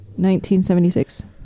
1976